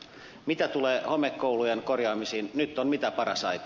mitä tulee homekoulujen korjaamisiin nyt on mitä paras aika